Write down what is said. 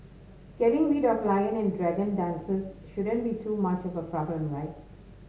getting rid of lion and dragon dances shouldn't be too much of a problem right